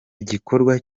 igikorwa